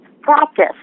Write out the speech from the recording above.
practice